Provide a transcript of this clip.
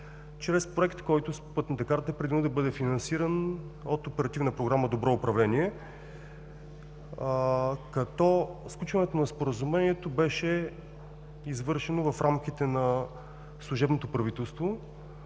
чрез проект, който в Пътната карта е предвидено да бъде финансиран от Оперативна програма „Добро управление“, като сключването на Споразумението беше извършено в рамките на служебното правителство